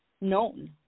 known